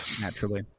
Naturally